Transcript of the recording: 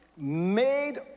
made